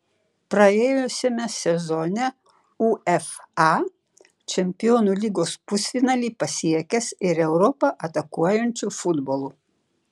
praėjusiame sezone uefa čempionų lygos pusfinalį pasiekęs ir europą atakuojančiu futbolu